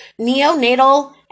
Neonatal